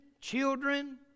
children